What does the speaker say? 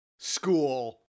School